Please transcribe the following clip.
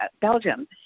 Belgium